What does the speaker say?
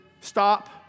Stop